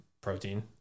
protein